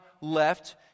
left